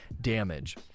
damage